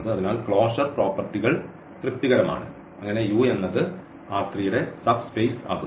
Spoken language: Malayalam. അതിനാൽ ക്ലോഷർ പ്രോപ്പർട്ടികൾ തൃപ്തികരമാണ് അങ്ങനെ U എന്നത് ന്റെ സബ് സ്പേസ് ആകുന്നു